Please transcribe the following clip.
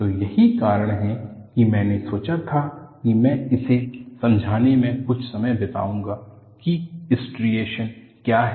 तो यही कारण है कि मैंने सोचा था कि मैं इसे समझाने में कुछ समय बिताऊंगा कि स्ट्रिएशनस क्या हैं